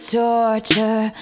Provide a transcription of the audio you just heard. torture